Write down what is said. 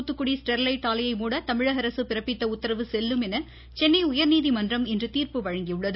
Thoothukudi Sterlite ஆலையை மூட தமிழக அரசு பிறப்பித்த உத்தரவு செல்லும் என சென்னை உயர்நீதிமன்றம் இன்று தீர்ப்பு வழங்கியுள்ளது